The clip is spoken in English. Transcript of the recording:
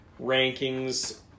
rankings